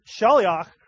Shaliach